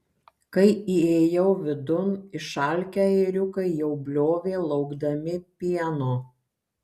kai įėjau vidun išalkę ėriukai jau bliovė laukdami pieno